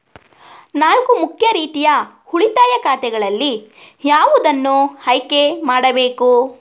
ನಾಲ್ಕು ಮುಖ್ಯ ರೀತಿಯ ಉಳಿತಾಯ ಖಾತೆಗಳಲ್ಲಿ ಯಾವುದನ್ನು ಆಯ್ಕೆ ಮಾಡಬೇಕು?